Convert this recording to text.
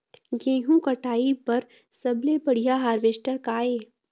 गेहूं कटाई बर सबले बढ़िया हारवेस्टर का ये?